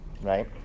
Right